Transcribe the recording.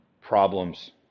problems